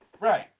Right